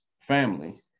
family